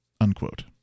unquote